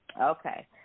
Okay